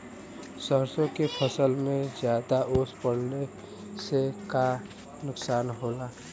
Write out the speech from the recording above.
सरसों के फसल मे ज्यादा ओस पड़ले से का नुकसान होला?